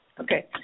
Okay